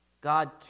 God